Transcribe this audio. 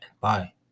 bye